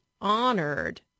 honored